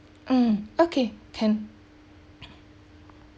mm okay can